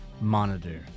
monitor